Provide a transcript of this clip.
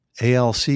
ALC